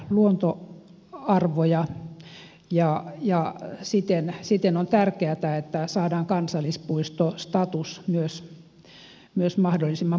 säilytetään myös näitä arvokkaita luontoarvoja ja siten on tärkeätä että saadaan kansallispuistostatus mahdollisimman monelle kohteelle